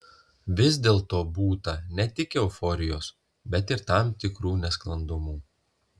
vis dėlto būta ne tik euforijos bet ir tam tikrų nesklandumų